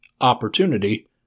opportunity